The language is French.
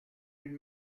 une